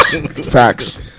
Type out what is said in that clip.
Facts